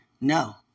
no